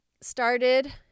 started